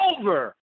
over